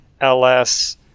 LS